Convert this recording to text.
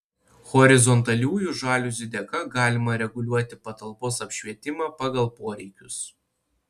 horizontaliųjų žaliuzių dėka galima reguliuoti patalpos apšvietimą pagal poreikius